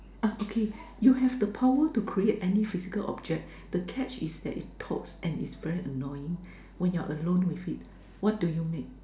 okay you have the power to create any physical object the catch is that it talks and it's very annoying when you are alone with it what do you make